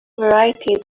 varieties